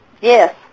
Yes